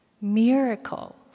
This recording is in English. miracle